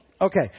Okay